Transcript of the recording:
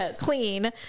clean